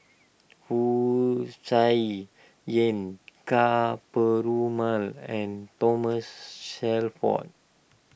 Wu Tsai Yen Ka Perumal and Thomas Shelford